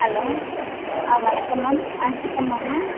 hello வணக்கம் ma'am Ashika மேமா